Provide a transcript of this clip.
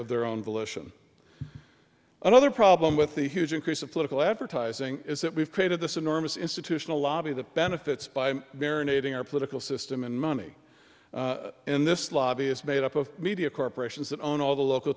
of their own volition another problem with the huge increase of political advertising is that we've created this enormous institutional lobby that benefits by marinating our political system and money in this lobby is made up of media corporations that own all the local